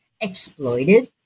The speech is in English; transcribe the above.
exploited